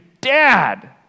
dad